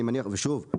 אני מניח ושוב,